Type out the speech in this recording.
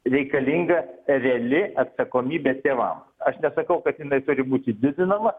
reikalinga reali atsakomybė tėvam aš nesakau kad jinai turi būti didinama